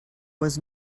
was